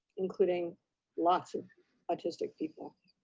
including lots of autistic people.